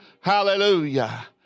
Hallelujah